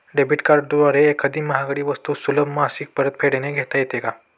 Credit कार्डद्वारे एखादी महागडी वस्तू सुलभ मासिक परतफेडने घेता येते का?